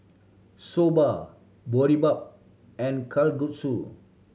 Soba Boribap and Kalguksu